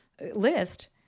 list